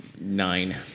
nine